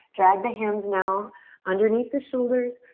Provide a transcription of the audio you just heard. drag the hands now underneath the shoulders.